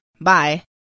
bye